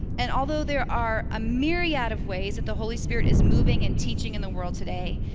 and although there are a myriad of ways that the holy spirit is moving and teaching in the world today,